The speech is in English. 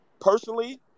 personally